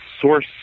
source